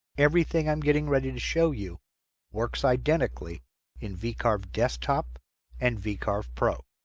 everything i'm getting ready to show you works identically in vcarve desktop and vcarve pro.